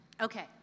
Okay